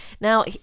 Now